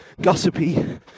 gossipy